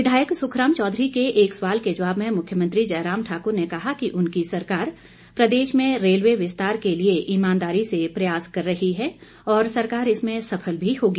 विधायक सुखराम चौधरी के एक सवाल के जवाब में मुख्यमंत्री जयराम ठाकुर ने कहा कि उनकी सरकार प्रदेश में रेलवे विस्तार के लिए ईमानदारी से प्रयास कर रही है और सरकार इसमें सफल भी होगी